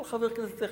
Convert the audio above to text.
כל חבר כנסת צריך,